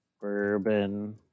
bourbon